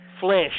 Flesh